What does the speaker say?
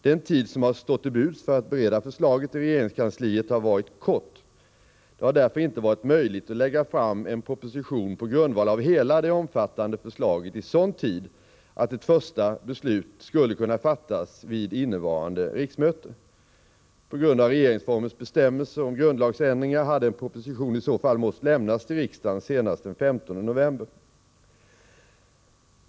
Den tid som har stått till buds för att bereda förslaget i regeringskansliet har varit kort. Det har därför inte varit möjligt att lägga fram en proposition på grundval av hela det omfattande förslaget i sådan tid att ett första beslut skulle kunna fattas vid innevarande riksmöte. På grund av regeringsformens bestämmelser om grundlagsändringar hade en proposition i så fall måst lämnas till riksdagen senast den 15 november.